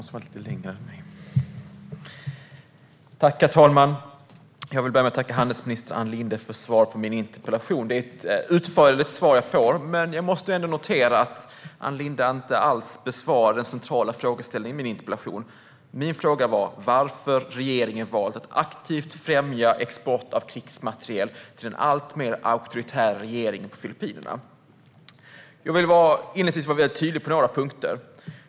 Herr talman! Jag vill börja med att tacka handelsminister Ann Linde för svaret på min interpellation. Det var ett utförligt svar jag fick, men jag måste ändå notera att Ann Linde inte alls besvarade den centrala frågeställningen i min interpellation. Min fråga var varför regeringen valt att aktivt främja export av krigsmateriel till en alltmer auktoritär regering i Filippinerna. Jag vill inledningsvis vara väldigt tydlig på några punkter.